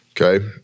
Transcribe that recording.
okay